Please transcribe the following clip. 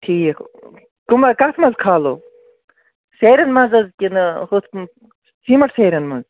ٹھیٖکھ تِم کَتھ منٛز کھالو سیرٮ۪ن منٛز حظ کِنہٕ ہُتھ سیمٹ سیرٮ۪ن منٛز